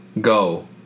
go